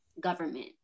government